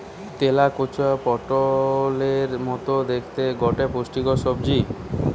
তেলাকুচা পটোলের মতো দ্যাখতে গটে পুষ্টিকর সবজি